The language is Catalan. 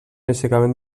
aixecament